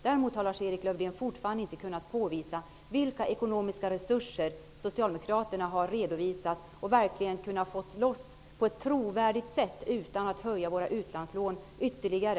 Däremot har Lars-Erik Lövdén fortfarande inte kunnat påvisa vilka ekonomiska resurser Socialdemokraterna har redovisat och kunnat få loss på ett trovärdigt sätt utan att höja våra utlandslån ytterligare.